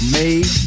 made